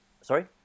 Sorry